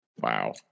Wow